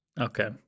Okay